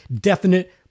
Definite